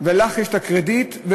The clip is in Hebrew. והקרדיט שלך.